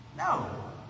No